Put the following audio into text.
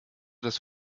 das